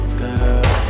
girl